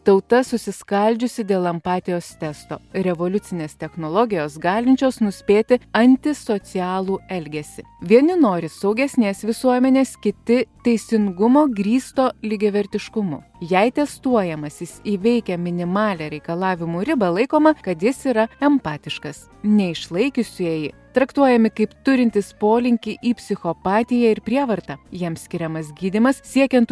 tauta susiskaldžiusi dėl empatijos testo revoliucinės technologijos galinčios nuspėti antisocialų elgesį vieni nori saugesnės visuomenės kiti teisingumo grįsto lygiavertiškumu jei testuojamasis įveikia minimalią reikalavimų ribą laikoma kad jis yra empatiškas neišlaikiusieji traktuojami kaip turintys polinkį į psichopatiją ir prievartą jiems skiriamas gydymas siekiant